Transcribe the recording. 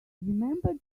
remember